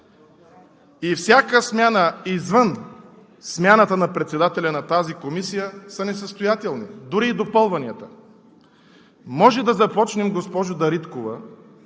и всяка смяна извън смяната на председателя на тази комисия са несъстоятелни, дори и допълванията. Може да започнем, госпожо Дариткова,